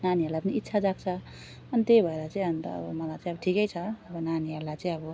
नानीहरूलाई पनि इच्छा जाग्छ अनि त्यही भएर चाहिँ अन्त अब मलाई चाहिँ अब ठिकै छ अब नानीहरूलाई चाहिँ अब